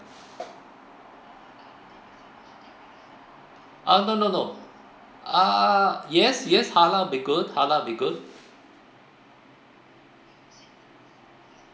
uh no no no ah yes yes halal will be good halal will be good